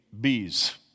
bees